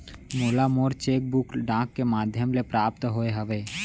मोला मोर cheque book डाक के मध्याम ले प्राप्त होय हवे